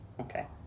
Okay